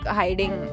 hiding